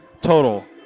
total